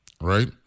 right